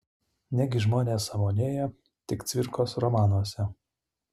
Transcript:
negi žmonės sąmonėja tik cvirkos romanuose